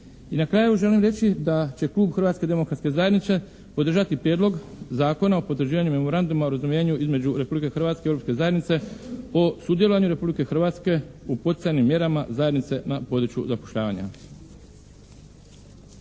I na kraju želim reći da će klub Hrvatske demokratske zajednice podržati Prijedlog zakona o potvrđivanju Memoranduma o razumijevanju između Republike Hrvatske i Europske zajednice o sudjelovanju Republike Hrvatske u poticajnim mjerama zajednice na području zapošljavanja.